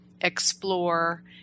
Explore